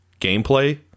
gameplay